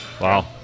Wow